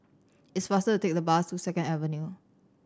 it's faster to take the bus to Second Avenue